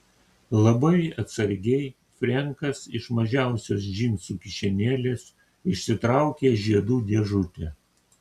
labai atsargiai frenkas iš mažiausios džinsų kišenėlės išsitraukė žiedų dėžutę